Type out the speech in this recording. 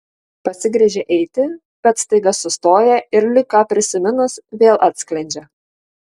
pasigręžia eiti bet staiga sustoja ir lyg ką prisiminus vėl atsklendžia